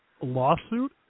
lawsuit